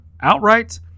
outright